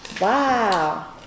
Wow